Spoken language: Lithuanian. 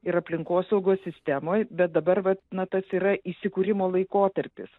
ir aplinkosaugos sistemoj bet dabar vat nu tas yra įsikūrimo laikotarpis